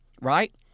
right